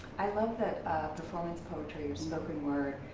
i love that performance poetry, or spoken word,